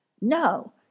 No